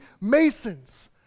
masons